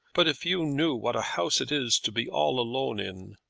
but if you knew what a house it is to be all alone in!